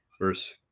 verse